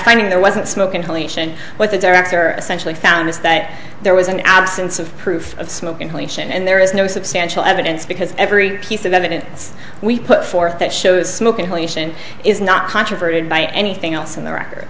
finding there wasn't smoke inhalation what the director essentially found is that there was an absence of proof of smoke inhalation and there is no substantial evidence because every piece of evidence we put forth that shows smoke inhalation is not controverted by anything else in the record